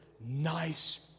nice